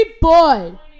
boy